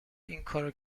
اینکارو